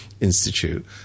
institute